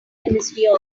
hemisphere